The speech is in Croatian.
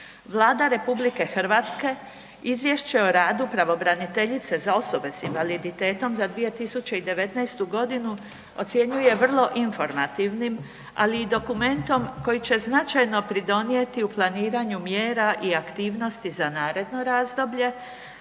Vlada RH Izvješće o radu pravobraniteljice za osobe s invaliditetom za 2019. godinu ocjenjuje vrlo informativnim, ali i dokumentom koji će značajno pridonijeti u planiranju mjera i aktivnosti za naredno razdoblje